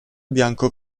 bianco